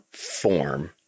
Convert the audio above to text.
form